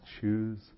choose